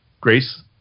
Grace